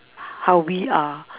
how we are